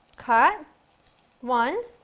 cut one,